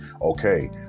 okay